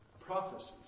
Prophecies